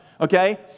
okay